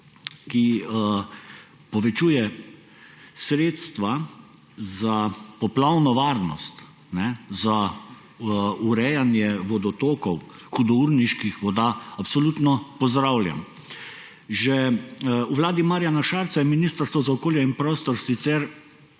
ki povečuje sredstva za poplavno varnost, za urejanje vodotokov, hudourniških voda, to absolutno pozdravljam. Že v vladi Marjana Šarca je Ministrstvo za okolje in prostor sicer